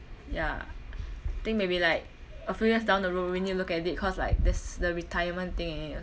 ya I think maybe like a few years down the road we need to look at it cause like this the retirement thing is is